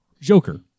Joker